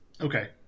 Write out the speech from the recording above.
Okay